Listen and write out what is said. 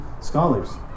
scholars